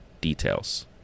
details